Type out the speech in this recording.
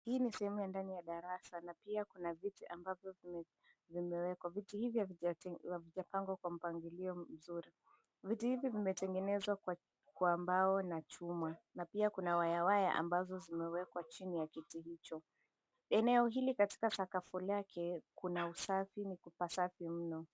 Hii ni sehemu ya ndani ya darasa na pia kuna viti ambavyo vimewekwa. Viti hivi havijapangwa kwa mpangilio mzuri, viti hivi vimetengenezwa kwa mbao na chuma na pia kuna wayawaya ambazo zimewekwa chini ya kijiji hicho. Eneo hili katika sakafu yake kuna usafi ni pasafi mno.